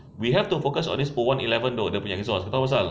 we have to focus on this O one eleven exhaust kau tahu pasal